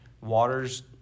Waters